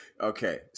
Okay